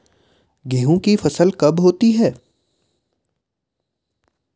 गेहूँ की फसल कब होती है?